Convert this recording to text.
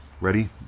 Ready